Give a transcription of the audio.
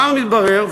מה מתברר,